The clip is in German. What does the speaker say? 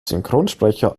synchronsprecher